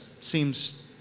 seems